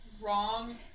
wrong